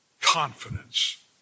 Confidence